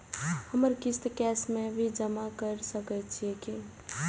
हमर किस्त कैश में भी जमा कैर सकै छीयै की?